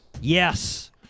Yes